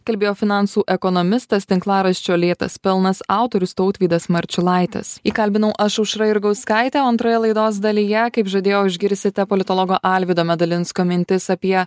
kalbėjo finansų ekonomistas tinklaraščio lėtas pelnas autorius tautvydas marčiulaitis jį kalbinau aš aušra jurgauskaitė o antroje laidos dalyje kaip žadėjau išgirsite politologo alvydo medalinsko mintis apie